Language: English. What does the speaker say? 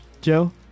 Joe